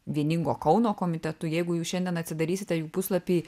vieningo kauno komitetu jeigu jūs šiandien atsidarysite jų puslapį